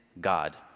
God